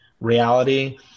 reality